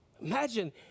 Imagine